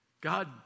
god